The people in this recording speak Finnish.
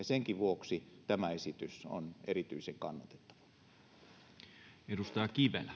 senkin vuoksi tämä esitys on erityisen kannatettava arvoisa